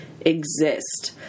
exist